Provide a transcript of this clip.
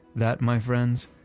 that my friends,